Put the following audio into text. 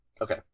okay